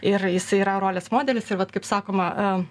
ir jisai yra rolės modelis ir vat kaip sakoma